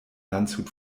landshut